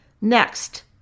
Next